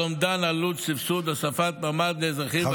אומדן עלות סבסוד הוספת ממ"ד לאזרחים ותיקים,